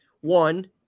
One